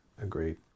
Agreed